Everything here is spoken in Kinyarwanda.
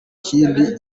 kindi